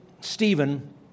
Stephen